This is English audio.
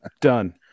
Done